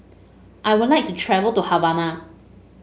I would like to travel to Havana